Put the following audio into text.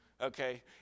Okay